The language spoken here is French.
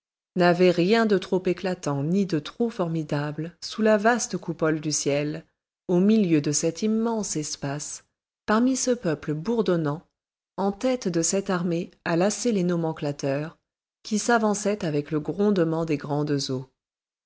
n'avait rien de trop éclatant ni de trop formidable sous la vaste coupole du ciel au milieu de cet immense espace parmi ce peuple bourdonnant en tête de cette armée à lasser les nornenclateurs qui s'avançait avec le grondement des grandes eaux